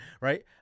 right